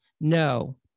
No